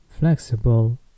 flexible